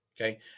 Okay